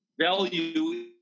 value